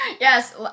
yes